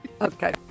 Okay